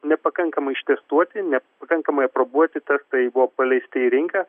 nepakankamai ištestuoti nepakankamai aprobuoti testai buvo paleisti į rinką